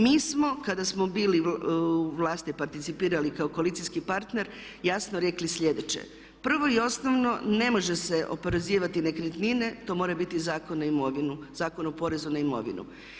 Mi smo kada smo bili u vlasti participirali kao koalicijski partner jasno rekli slijedeće: prvo i osnovno ne može se oporezivati nekretnine, to mora biti Zakon na imovinu, Zakon o porezu na imovinu.